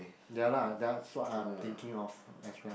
ya lah that's what I'm thinking of as well